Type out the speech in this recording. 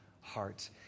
heart